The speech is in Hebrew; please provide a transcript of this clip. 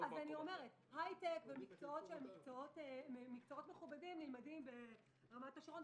היי טק ומקצועות מכובדים נלמדים ברת השרון,